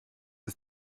ist